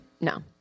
No